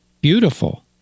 Beautiful